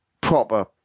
proper